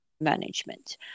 management